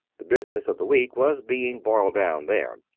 the business of the week was being boiled-down there.